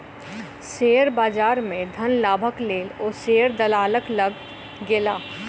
share बजार में धन लाभक लेल ओ शेयर दलालक लग गेला